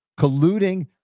Colluding